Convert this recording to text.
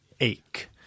ache